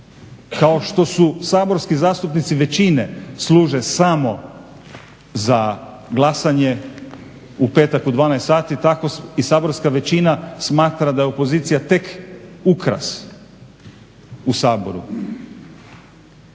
Kao što saborski zastupnici većine služe samo za glasanje u petak u 12 sati, tako i saborska većina smatra da je opozicija tek ukras u Saboru.